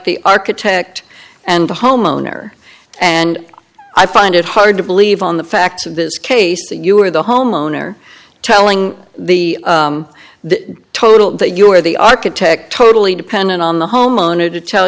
the architect and the homeowner and i find it hard to believe on the facts of this case that you are the homeowner telling the the total that you are the architect totally dependent on the homeowner to tell